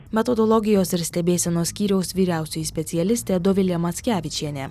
metodologijos ir stebėsenos skyriaus vyriausioji specialistė dovilė mackevičienė